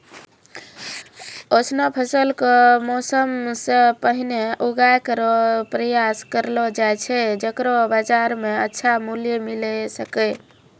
ऑसनो फसल क मौसम सें पहिने उगाय केरो प्रयास करलो जाय छै जेकरो बाजार म अच्छा मूल्य मिले सके